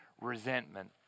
resentment